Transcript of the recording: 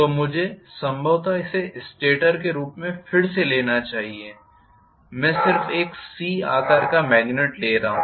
तो मुझे संभवतः इसे स्टेटर के रूप में फिर से लेना चाहिए मैं सिर्फ एक सी आकार का मेग्नेट ले रहा हूं